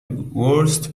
worst